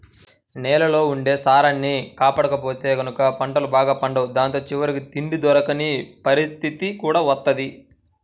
నేలల్లో ఉండే సారాన్ని కాపాడకపోతే గనక పంటలు బాగా పండవు దాంతో చివరికి తిండి దొరకని పరిత్తితి కూడా వత్తది